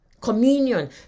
communion